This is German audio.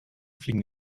fliegen